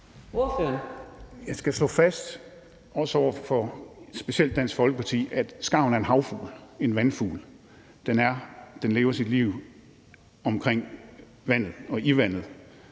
Jeg skal slå fast, også over for specielt Dansk Folkeparti, at skarven er en havfugl, en vandfugl. Den lever sit liv omkring vandet og i vandet.